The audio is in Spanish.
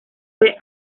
fue